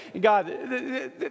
God